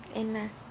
என்ன:enna